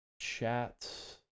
chat